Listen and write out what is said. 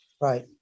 right